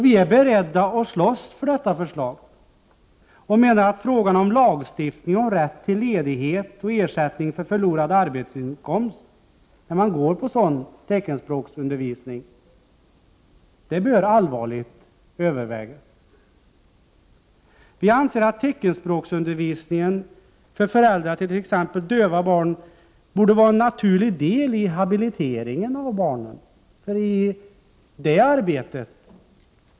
Vi är beredda att slåss för detta förslag och menar att frågan om lagstiftning om rätt till ledighet och ersättning för förlorad arbetsinkomst när man går på teckenspråksundervisning allvarligt bör övervägas. Vi anser att teckenspråksundervisningen för föräldrar till t.ex. döva barn borde vara en naturlig del i habiliteringen av barnen.